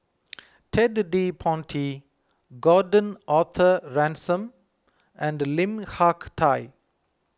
Ted De Ponti Gordon Arthur Ransome and Lim Hak Tai